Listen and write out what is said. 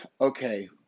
okay